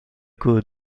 good